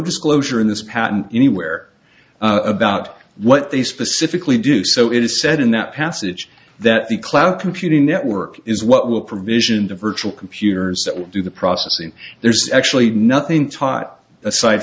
disclosure in this patent anywhere about what they specifically do so it is said in that passage that the cloud computing network is what will provision the virtual computers that will do the processing there's actually nothing taht aside